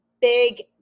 big